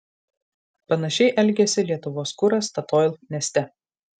panašiai elgėsi lietuvos kuras statoil neste